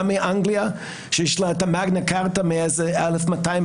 גם מאנגליה שיש לה את המגנה-כרטא מאז 2015,